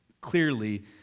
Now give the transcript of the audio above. clearly